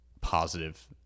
positive